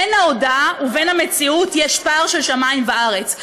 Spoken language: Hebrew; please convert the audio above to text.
בין ההודעה ובין המציאות יש פער של שמיים וארץ,